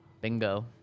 Bingo